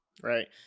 Right